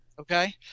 Okay